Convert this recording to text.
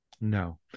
No